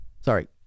sorry